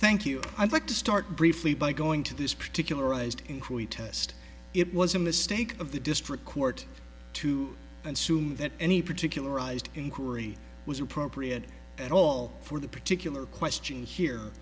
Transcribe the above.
thank you i'd like to start briefly by going to this particular test it was a mistake of the district court to assume that any particular arised inquiry was appropriate at all for the particular question